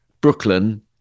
Brooklyn